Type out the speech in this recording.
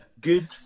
good